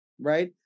right